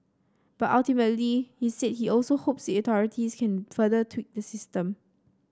but ultimately he said he also hopes the authorities can further tweak the system